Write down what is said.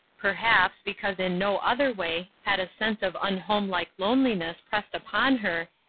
perhaps, because in no other way had a sense of unhomelike loneliness pressed upon her,